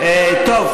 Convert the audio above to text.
טוב,